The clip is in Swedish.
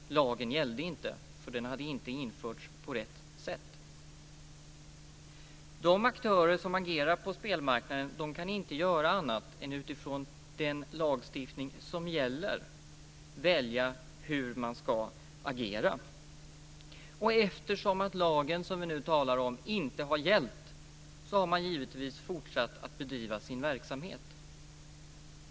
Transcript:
Lagen gällde inte, för den hade inte införts på rätt sätt. De aktörer som agerar på spelmarknaden kan inte göra annat än att välja hur man ska agera utifrån den lagstiftning som gäller. Eftersom den lag som vi nu talar om inte har gällt, har man givetvis fortsatt att bedriva sin verksamhet.